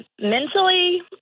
Mentally